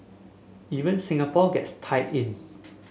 even Singapore gets tied in